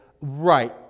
right